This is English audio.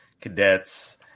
cadets